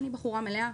אני בחורה מלאה,